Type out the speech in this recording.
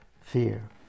fear